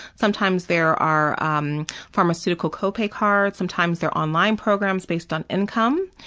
sometimes there are um pharmaceutical copay cards, sometimes there are online programs based on income.